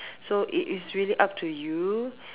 so it it's really up to you